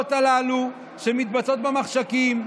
הפעולות הללו, שמתבצעות במחשכים,